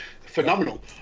Phenomenal